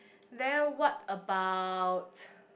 then what about